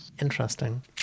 Interesting